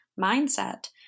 mindset